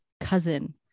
cousin